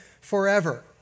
forever